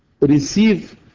receive